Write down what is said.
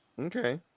Okay